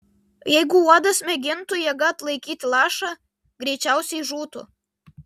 jeigu uodas mėgintų jėga atlaikyti lašą greičiausiai žūtų